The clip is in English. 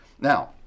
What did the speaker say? now